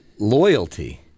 loyalty